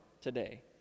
today